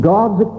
God's